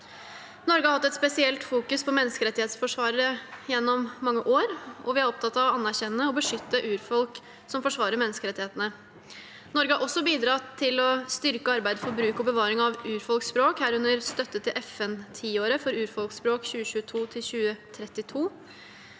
Norge har hatt et spesielt fokus på menneskerettighetsforsvarere gjennom mange år, og vi er opptatt av å anerkjenne og beskytte urfolk som forsvarer menneskerettighetene. Norge har også bidratt til å styrke arbeidet for bruk og bevaring av urfolks språk, herunder støtte til FN-tiåret for urfolksspråk 2022–2032,